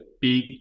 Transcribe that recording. big